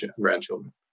grandchildren